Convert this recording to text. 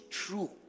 true